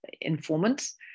informants